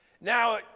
Now